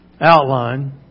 outline